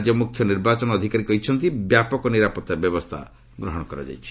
ରାଜ୍ୟ ମୁଖ୍ୟ ନିର୍ବାଚନ ଅଧିକାରୀ କହିଛନ୍ତି ବ୍ୟାପକ ନିରାପତ୍ତା ବ୍ୟବସ୍ଥା ଗ୍ରହଣ କରାଯାଇଛି